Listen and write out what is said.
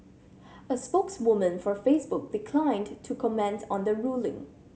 a spokeswoman for Facebook declined to to comments on the ruling